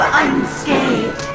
unscathed